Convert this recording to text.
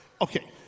okay